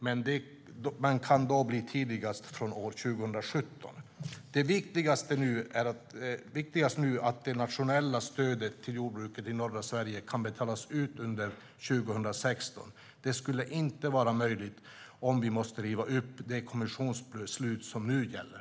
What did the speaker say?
Det kan då bli tidigast från 2017. Det viktigaste är nu att det nationella stödet till jordbruket i norra Sverige kan betalas ut under 2016. Det skulle inte vara möjligt om vi måste riva upp det kommissionsbeslut som nu gäller.